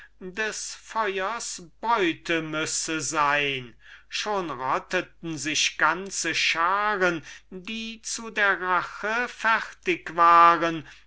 des feuers beute müsse sein schon rotteten sich ganze scharen die zu der rache fertig waren